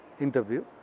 interview